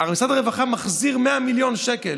משרד הרווחה מחזיר 100 מיליון שקל.